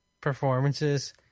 performances